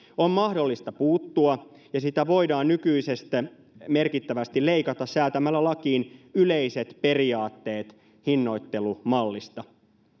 on mahdollista puuttua ja sitä voidaan nykyisestä merkittävästi leikata säätämällä lakiin yleiset periaatteet hinnoittelumallista